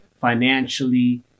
financially